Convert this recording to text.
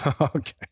Okay